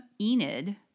Enid